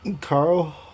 Carl